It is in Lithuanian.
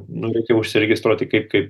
nu reikia užsiregistruoti kaip kaip